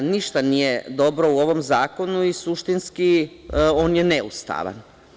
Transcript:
Ništa nije dobro u ovom zakonu i suštinski on je neustavan.